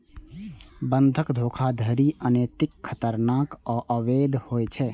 बंधक धोखाधड़ी अनैतिक, खतरनाक आ अवैध होइ छै